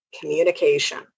communication